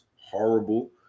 horrible